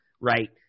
right